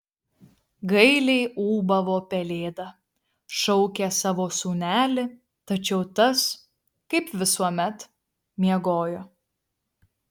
gailiai ūbavo pelėda šaukė savo sūnelį tačiau tas kaip visuomet miegojo